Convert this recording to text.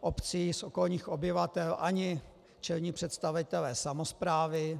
obcí, okolních obyvatel, ani čelní představitelé samosprávy...